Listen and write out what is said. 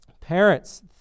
parents